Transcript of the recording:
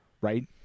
right